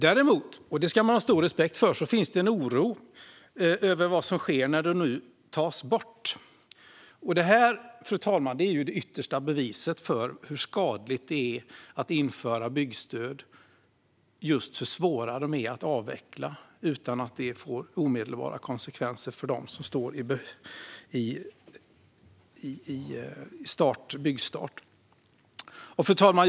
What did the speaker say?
Däremot - och det ska man ha stor respekt för - finns det en oro för vad som sker när de nu tas bort. Detta, fru talman, är det yttersta beviset för hur skadligt det är att införa byggstöd: hur svåra de är att avveckla utan att det får omedelbara konsekvenser för dem som står inför en byggstart. Fru talman!